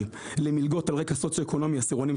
למלגות על רקע סוציואקונומי עשירונים,